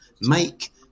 Make